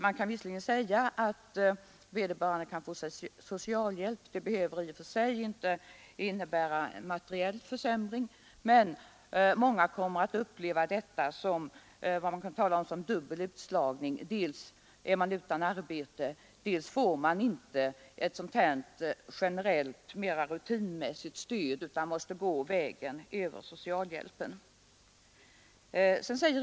Man kan visserligen säga att vederbörande har möjlighet att få socialhjälp och att det i och för sig inte behöver innebära materiell försämring, men många kommer att uppleva detta som dubbel utslagning. Dels är man utan arbete, dels får man inte ett generellt, mera rutinmässigt stöd utan måste gå vägen över socialhjälpen.